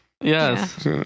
Yes